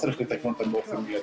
צריך לתקן אותה באופן מיידי.